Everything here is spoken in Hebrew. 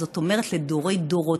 זאת אומרת לדורי דורות,